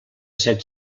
set